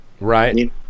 Right